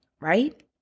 right